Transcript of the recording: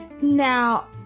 now